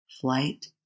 flight